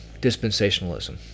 dispensationalism